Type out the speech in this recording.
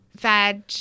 veg